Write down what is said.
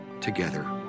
together